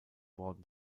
worden